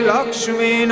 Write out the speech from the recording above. Lakshmi